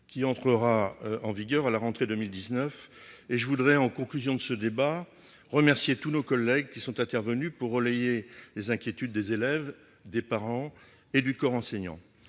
qui entrera en vigueur à la rentrée de 2019. Je voudrais, en conclusion de ce débat, remercier tous nos collègues qui sont intervenus pour relayer les inquiétudes des élèves, des parents et du corps enseignant.